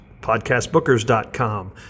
podcastbookers.com